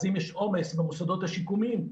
אם יש עומס במוסדות השיקומיים,